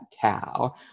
cow